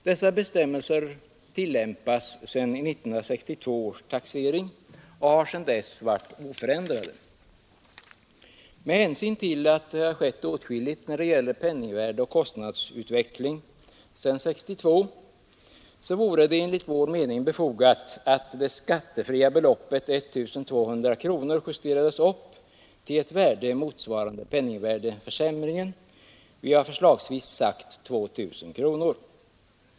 Dessa bestämmelser tillämpas sedan 1962 års taxering och har sedan dess varit oförändrade. Med hänsyn till att det har skett åtskilligt när det gäller penningvärde och kostnadsutveckling sedan 1962 vore det enligt vår mening befogat att det skattefria beloppet 1 200 kronor justerades upp till ett värde motsvarande penningvärdeförsämringen. Vi har förslagsvis sagt 2 000 kronor.